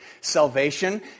Salvation